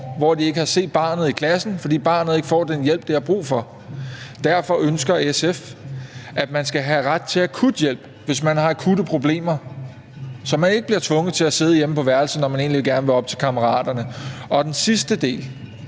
hvor de ikke havde set barnet i klassen, fordi barnet ikke havde fået den hjælp, det havde brug for. Derfor ønsker SF, at man skal have ret til akut hjælp, hvis man har akutte problemer, så man ikke bliver tvunget til at sidde hjemme på værelset, når man egentlig gerne vil op til kammeraterne. Den sidste del,